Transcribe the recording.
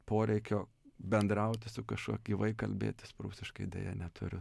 poreikio bendrauti su kažkuo gyvai kalbėtis prūsiškai deja neturiu